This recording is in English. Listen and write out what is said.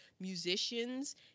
musicians